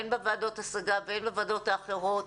הן בוועדות השגה והן בוועדות האחרות,